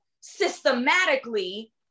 systematically